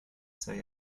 say